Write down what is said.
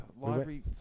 Library